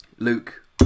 Luke